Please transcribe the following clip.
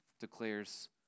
declares